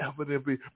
evidently